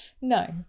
No